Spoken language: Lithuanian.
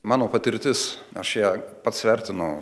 mano patirtis aš ją pats vertinu